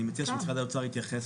אני מבקש משרד האוצר התייחס.